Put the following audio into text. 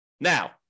Now